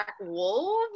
wolves